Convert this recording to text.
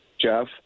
Jeff